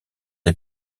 des